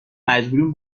مجبوریم